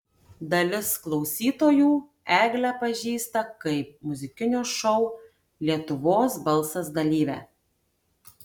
dalis klausytojų eglę pažįsta kaip muzikinio šou lietuvos balsas dalyvę